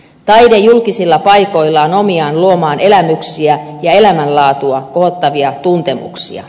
taide julkisilla paikoilla on omiaan luomaan elämyksiä ja elämänlaatua kohottavia tuntemuksia